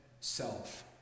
self